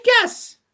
guess